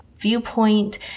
Viewpoint